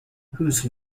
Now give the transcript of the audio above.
whose